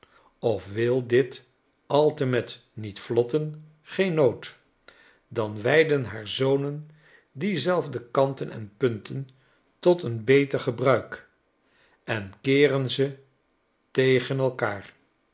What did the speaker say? of wil dit altemet niet vlotten geen nood dan wijden haar zonen diezelfde kanten en punten tot een beter gebruik en keeren ze tegen elkaar